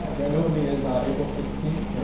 um grand opening is april sixteenth,